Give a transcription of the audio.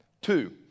Two